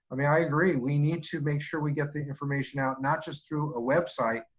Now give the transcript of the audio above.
i mean, i agree. we need to make sure we get the information out, not just through a website,